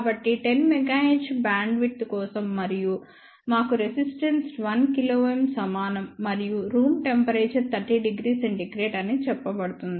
కాబట్టి 10 MHz bandwidth కోసం మరియు మాకు రెసిస్టెన్స్ 1 kΩ సమానం మరియు రూమ్ టెంపరేచర్ 30° C అని చెప్పబడుతుంది